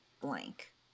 blank